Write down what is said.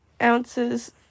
ounces